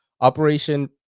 operation